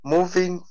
Moving